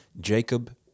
Jacob